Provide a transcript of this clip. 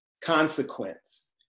consequence